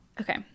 Okay